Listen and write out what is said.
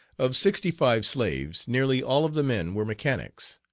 of sixty-five slaves nearly all of the men were mechanics.